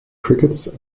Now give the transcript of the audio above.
crickets